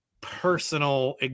personal